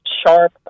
sharp